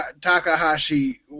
Takahashi